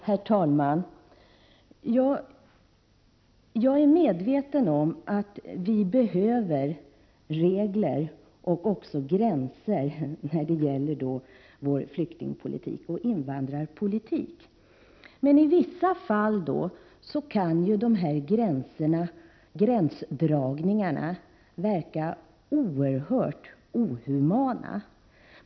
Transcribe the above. Herr talman! Jag är medveten om att vi behöver regler och gränser när det gäller vår flyktingpolitik och invandrarpolitik. Men i vissa fall kan dessa gränsdragningar verka oerhört inhumana.